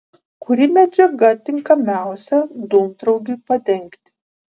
kuri medžiaga tinkamiausia dūmtraukiui padengti